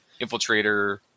infiltrator